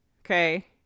Okay